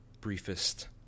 briefest